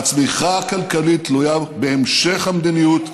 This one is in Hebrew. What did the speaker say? והצמיחה הכלכלית תלויה בהמשך המדיניות,